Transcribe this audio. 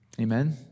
Amen